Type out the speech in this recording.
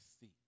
see